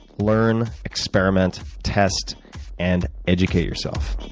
learn, experiment, test and educate yourself